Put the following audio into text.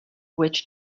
which